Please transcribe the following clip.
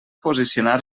posicionar